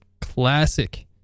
classic